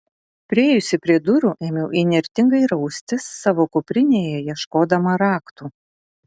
priėjusi prie durų ėmiau įnirtingai raustis savo kuprinėje ieškodama raktų